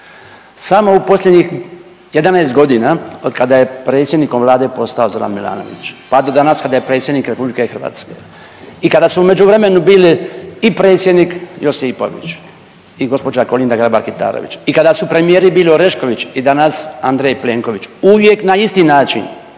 Samo u posljednjih 11 godina od kada je predsjednikom Vlade postao Zoran Milanović, pa do danas kada je predsjednik Republike Hrvatske. I kada su u međuvremenu bili i predsjednik Josipović i gospođa Kolinda Grabar Kitarović i kada su premijeri bili Orešković i danas Andrej Plenković uvijek na isti način,